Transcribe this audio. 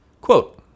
Quote